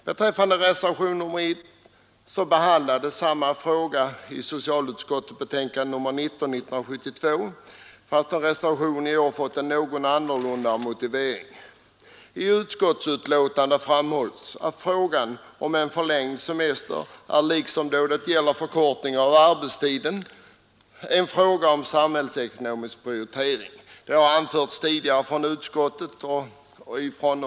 Beträffande reservationen 1 så behandlades samma fråga i socialutskottets betänkande nr 19 år 1972 fastän reservationen i år fått en något annorlunda utformad motivering. I utskottsbetänkandet framhålls att förlängning av semestern, liksom förkortning av arbetstiden, är en fråga om samhällsekonomisk prioritering och inte i första hand en skyddsfråga.